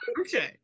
Okay